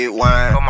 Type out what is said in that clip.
wine